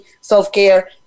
self-care